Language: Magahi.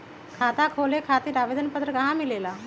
खाता खोले खातीर आवेदन पत्र कहा मिलेला?